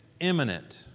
imminent